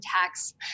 tax